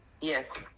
yes